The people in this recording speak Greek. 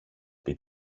πει